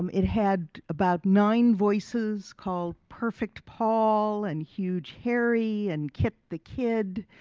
um it had about nine voices called perfect paul and huge harry and kit the kid.